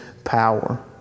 power